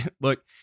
look